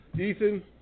Ethan